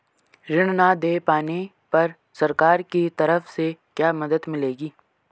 ऋण न दें पाने पर सरकार की तरफ से क्या मदद मिलेगी?